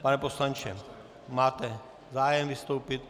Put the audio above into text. Pane poslanče, máte zájem vystoupit?